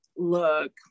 look